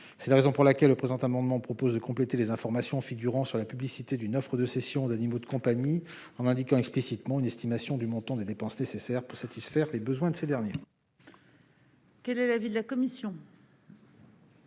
des frais vétérinaires. Le présent amendement tend donc à compléter les informations figurant sur la publication d'une offre de cession d'animaux de compagnie en y incluant explicitement une estimation du montant des dépenses nécessaires pour satisfaire les besoins de ces derniers.